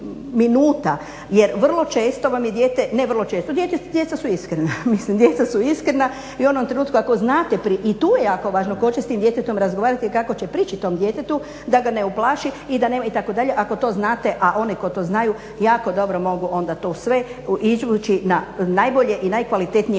Jer vrlo često vam je dijete, ne vrlo često, djeca su iskrena i ona u trenutku ako znate i tu je jako važno tko će s tim djetetom razgovarati i kako će prići tom djetetu da ga ne uplaši i da nema itd., ako to znate a oni koji to znaju jako dobro mogu onda tu sve izvući na najbolje i najkvalitetnije